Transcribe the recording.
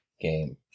game